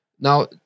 Now